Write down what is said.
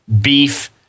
Beef